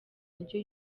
indyo